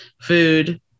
food